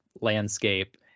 landscape